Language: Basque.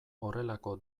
horrelako